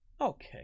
Okay